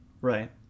right